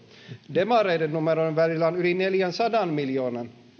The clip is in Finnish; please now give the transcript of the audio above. demareiden numerojen välillä on yli neljänsadan miljoonan